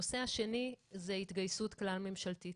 הנושא השני זה התגייסות כלל-ממשלתית.